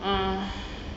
ah